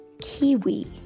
Kiwi